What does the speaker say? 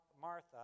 Martha